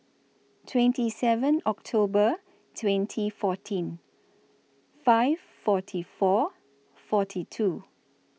twenty seven October twenty fourteen five forty four forty two